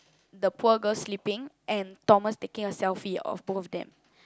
the poor girl sleeping and Thomas taking a selfie of both of them